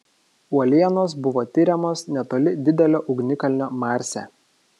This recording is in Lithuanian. uolienos buvo tiriamos netoli didelio ugnikalnio marse